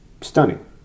stunning